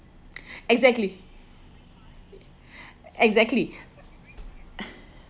exactly exactly